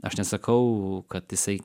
aš nesakau kad jisai